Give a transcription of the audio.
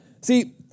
See